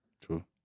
True